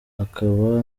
akaba